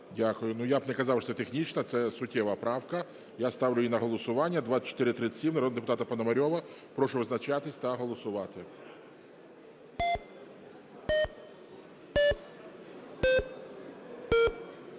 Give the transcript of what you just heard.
Дякую. Ну, я б не казав, що це технічна – це суттєва правка. Я ставлю її на голосування. 2437 народного депутата Пономарьова. Прошу визначатись та голосувати.